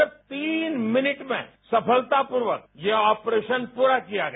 सिर्फ तीन मिनट में सफलता प्रर्वक यह ऑपरेशन पूरा किया गया